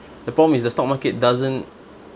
the problem is the stock market doesn't